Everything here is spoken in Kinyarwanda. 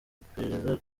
iperereza